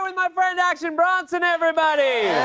my my friend action bronson, everybody!